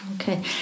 Okay